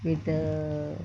with the